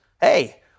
hey